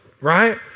right